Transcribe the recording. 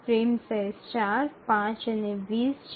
frame size ૪ ૫ અને ૨0 છે